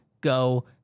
go